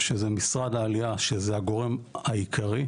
שזה משרד העלייה שזה הגורם העיקרי,